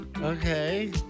Okay